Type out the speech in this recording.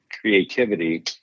creativity